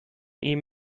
ihm